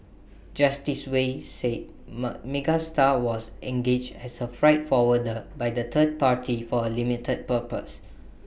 Justice Wei said ma Megastar was engaged as A freight forwarder by the third party for A limited purpose